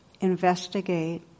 investigate